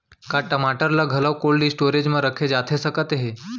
का टमाटर ला घलव कोल्ड स्टोरेज मा रखे जाथे सकत हे?